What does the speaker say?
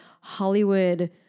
Hollywood